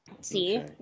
See